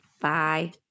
bye